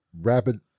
rapid